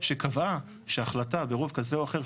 שקבעה שהחלטה ברוב כזה או אחר,